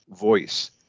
voice